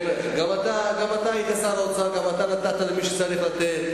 גם אתה היית שר האוצר, גם אתה נתת למי שצריך לתת.